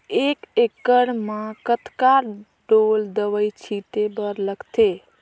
एक एकड़ म कतका ढोल दवई छीचे बर लगथे?